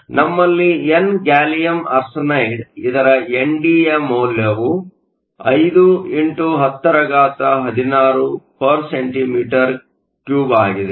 ನಮ್ಮಲ್ಲಿ n gallium arsenide ಇದರ n ಡಿಯ ಮೌಲ್ಯವು 5x1016 cm 3 ಆಗಿದೆ